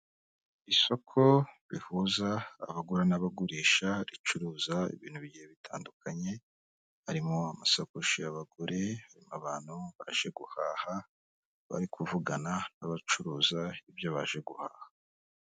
Isoko rihuza abagura n'abagurisha, ricuruza ibintu bigiye bitandukanye, harimo amasakoshi y'abagore, abantu baje guhaha, bari kuvugana n'abacuruza ibyo baje guhaha.